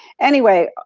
anyway,